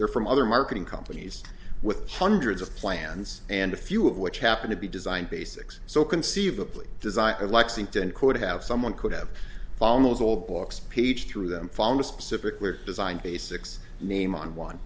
they're from other marketing companies with hundreds of plans and a few of which happen to be designed basics so conceivably design of lexington could have someone could have found those old books peach through them found a specifically designed basics name on one